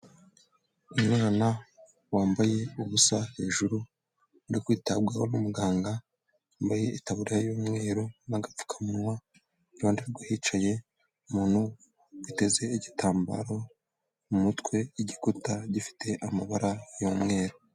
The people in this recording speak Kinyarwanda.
Umwana wambaye ubusa hejuru, uri kwitabwaho n'umuganga wambaye itaburiya y'umweru n'agapfukamunwa, iruhande rwe hicaye umuntu witeze igitambaro mu mutwe, igikuta gifite amabara y'umweru.